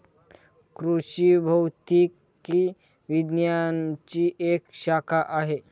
कृषि भौतिकी विज्ञानची एक शाखा आहे